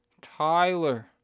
Tyler